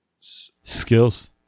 skills